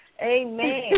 Amen